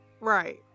Right